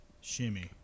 Shimmy